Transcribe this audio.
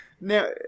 Now